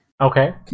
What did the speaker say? Okay